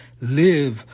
live